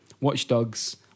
watchdogs